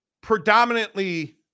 predominantly